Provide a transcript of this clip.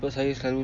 sebab saya selalu